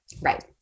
right